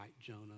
Jonah